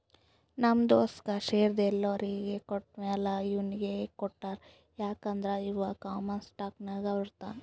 ನಮ್ ದೋಸ್ತಗ್ ಶೇರ್ದು ಎಲ್ಲೊರಿಗ್ ಕೊಟ್ಟಮ್ಯಾಲ ಇವ್ನಿಗ್ ಕೊಟ್ಟಾರ್ ಯಾಕ್ ಅಂದುರ್ ಇವಾ ಕಾಮನ್ ಸ್ಟಾಕ್ನಾಗ್ ಬರ್ತಾನ್